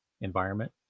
environment